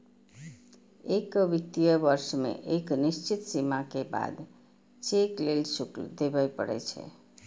एक वित्तीय वर्ष मे एक निश्चित सीमा के बाद चेक लेल शुल्क देबय पड़ै छै